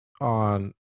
on